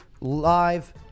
Live